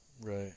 right